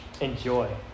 enjoy